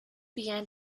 began